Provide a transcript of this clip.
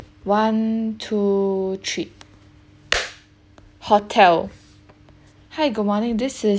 one two three hotel hi good morning this is